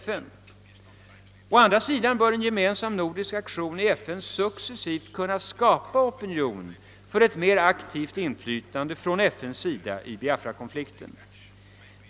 Men å andra sidan bör en gemensam nordisk aktion i FN successivt kunna skapa opinion för ett mer aktivt inflytande från FN i Biafrakonflikten.